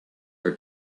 are